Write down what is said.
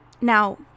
Now